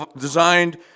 designed